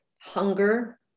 hunger